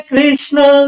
Krishna